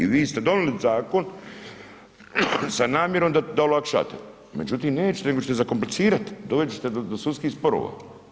I vi ste donijeli zakon, sa namjerom da olakšate, međutim, nećete, nego ćete zakomplicirati, dovesti ćete do sudskih sporova.